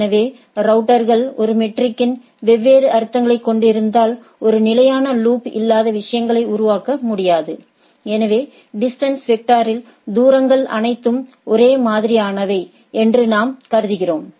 எனவே ரவுட்டர்கள் ஒரு மெட்ரிக்கின் வெவ்வேறு அர்த்தங்களை கொண்டிருந்தால் ஒரு நிலையான லூப் இல்லாத விஷயங்களை உருவாக்க முடியாது எனவே டிஸ்டன்ஸ் வெக்டரில் தூரங்கள் அனைத்தும் ஒரே மாதிரியானவை என்று நாம் கருதுகிறோம்